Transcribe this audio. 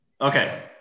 Okay